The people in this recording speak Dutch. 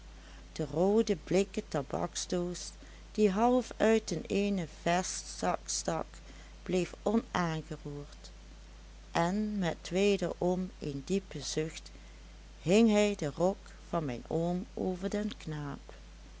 de roode blikken tabaksdoos die half uit den eenen vestzak stak bleef onaangeroerd en met wederom een diepen zucht hing hij den rok van mijn oom over den knaap